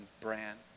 brand